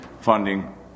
funding